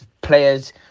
players